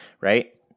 right